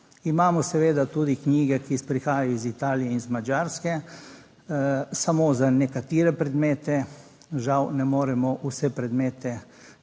Imamo seveda tudi knjige, ki prihajajo iz Italije in iz Madžarske. Samo za nekatere predmete, žal, ne moremo vse predmete